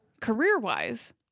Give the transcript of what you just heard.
career-wise